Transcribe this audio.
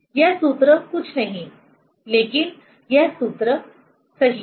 यह सूत्र कुछ नहीं लेकिन यह सूत्र सही है